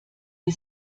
wir